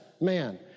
man